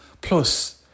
Plus